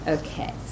Okay